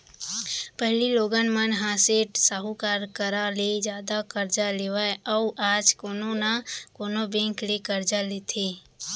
पहिली लोगन मन ह सेठ साहूकार करा ले जादा करजा लेवय अउ आज कोनो न कोनो बेंक ले करजा लेथे